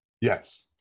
Yes